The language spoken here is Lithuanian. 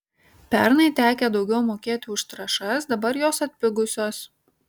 pernai tekę daugiau mokėti už trąšas dabar jos atpigusios